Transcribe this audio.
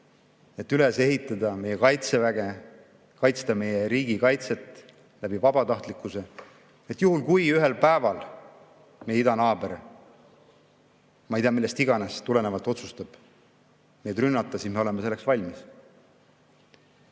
et üles ehitada meie Kaitseväge, [tugevdada] meie riigikaitset vabatahtlikkuse abil. Juhul, kui ühel päeval meie idanaaber ei tea millest iganes tulenevalt otsustab meid rünnata, siis me oleme selleks valmis.